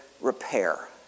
repair